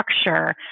structure